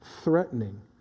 threatening